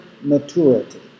maturity